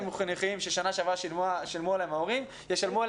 חינוכיים ששנה שעברה שילמו עליהם גם השנה.